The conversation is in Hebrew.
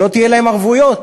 לא יהיו להם ערבויות,